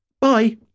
Bye